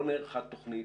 לא נערכה תוכנית,